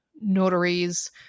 notaries